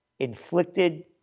Inflicted